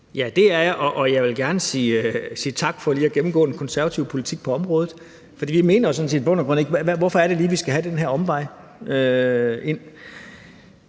Det er jeg, og jeg vil gerne sige tak for lige at gennemgå den konservative politik på området. For vi mener jo sådan set i bund og grund: Hvorfor er det lige, at vi skal have den her omvej ind?